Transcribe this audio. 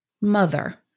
mother